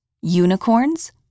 Unicorns